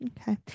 Okay